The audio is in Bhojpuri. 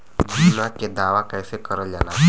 बीमा के दावा कैसे करल जाला?